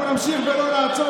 אנחנו נמשיך ולא נעצור,